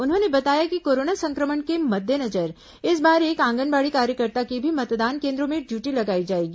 उन्होंने बताया कि कोरोना संक्रमण के मद्देनजर इस बार एक आंगनबाड़ी कार्यकर्ता की भी मतदान केन्द्रों में ड्यूटी लगाई जाएगी